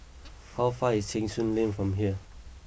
how far is Cheng Soon Lane from here